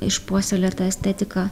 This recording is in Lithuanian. išpuoselėtą estetiką